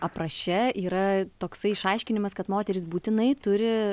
apraše yra toksai išaiškinimas kad moterys būtinai turi